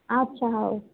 ଆଚ୍ଛା ହେଉ